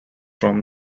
from